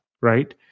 right